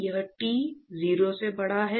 यह T 0 से बड़ा है